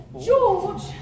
George